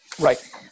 Right